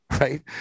right